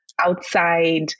outside